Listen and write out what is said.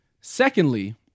Secondly